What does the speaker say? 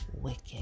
wicked